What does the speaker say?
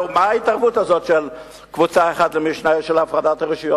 מה ההתערבות הזאת של קבוצה אחת אצל השנייה בהפרדת הרשויות?